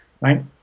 right